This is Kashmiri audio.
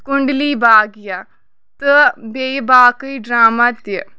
کنڈلی بھاگیہ تہٕ بیٚیہِ باقٕے ڈرامہ تہِ